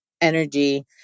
energy